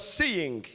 seeing